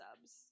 subs